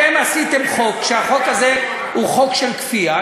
אתם עשיתם חוק שהחוק הזה הוא חוק של כפייה.